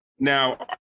Now